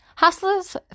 Hustlers